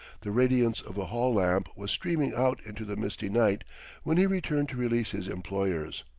the radiance of a hall-lamp was streaming out into the misty night when he returned to release his employers.